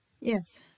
yes